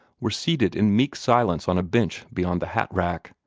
were seated in meek silence on a bench beyond the hat-rack.